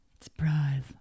surprise